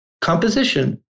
composition